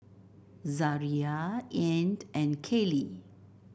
Zariah Ean and Kaylie